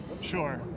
Sure